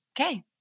Okay